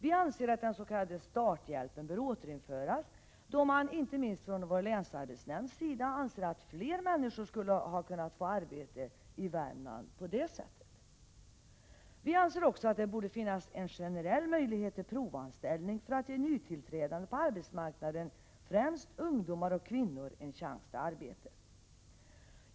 Vi anser att den s.k. starthjälpen bör återinföras, då man inte minst från vår länsarbetsnämnds sida menar att fler människor skulle kunna få arbete på detta sätt. Vi anser också att det borde finnas en generell möjlighet till provanställning för att ge nytillträdande på arbetsmarknaden, främst ungdomar och kvinnor, en chans till arbete.